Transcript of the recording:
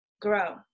grow